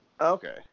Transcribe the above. Okay